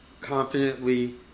confidently